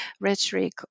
Rhetoric